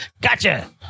Gotcha